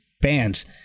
bands